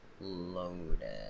loaded